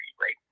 right